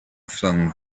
flung